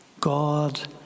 God